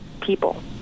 people